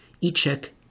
E-check